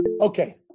Okay